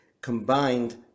combined